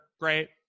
Great